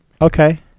Okay